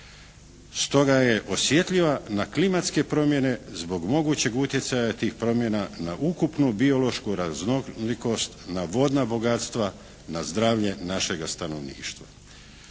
stoga je osjetljiva na klimatske promjene zbog mogućeg utjecaja tih promjena na ukupnu biološku raznolikost, na vodna bogatstva, na zdravlje našega stanovništva.